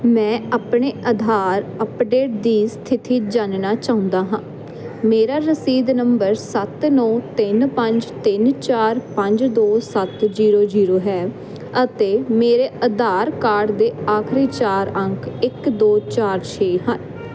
ਮੈਂ ਆਪਣੇ ਆਧਾਰ ਅੱਪਡੇਟ ਦੀ ਸਥਿਤੀ ਜਾਣਨਾ ਚਾਹੁੰਦਾ ਹਾਂ ਮੇਰਾ ਰਸੀਦ ਨੰਬਰ ਸੱਤ ਨੌ ਤਿੰਨ ਪੰਜ ਤਿੰਨ ਚਾਰ ਪੰਜ ਦੋ ਸੱਤ ਜੀਰੋ ਜੀਰੋ ਹੈ ਅਤੇ ਮੇਰੇ ਆਧਾਰ ਕਾਰਡ ਦੇ ਆਖਰੀ ਚਾਰ ਅੰਕ ਇੱਕ ਦੋ ਚਾਰ ਛੇ ਹਨ